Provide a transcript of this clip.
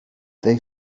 they